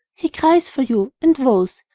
he cries for you, and vows,